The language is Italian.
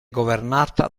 governata